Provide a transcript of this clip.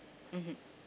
mmhmm